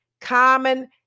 common